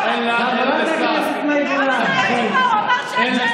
אתה שמעת את הקול של מנדלבליט בחודשיים האחרונים,